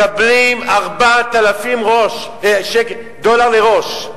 מקבלים 4,000 דולר לראש.